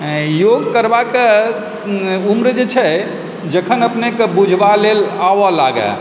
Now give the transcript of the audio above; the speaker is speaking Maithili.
योग करबाके उम्र जे छै जखन अपनेके बुझबा लेल आबऽ लागैऽ